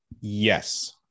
Yes